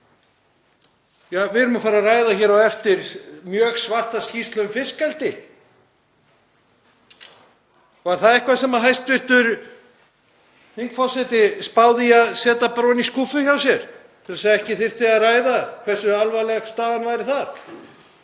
Ja, við erum að fara að ræða hér á eftir mjög svarta skýrslu um fiskeldi. Var það eitthvað sem hæstv. þingforseti spáði í að setja bara ofan í skúffu hjá sér til að ekki þyrfti að ræða hversu alvarleg staðan væri þar?